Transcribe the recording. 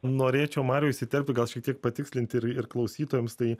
norėčiau mariau įsiterpti gal šiek tiek patikslinti ir ir klausytojams tai